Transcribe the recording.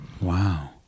Wow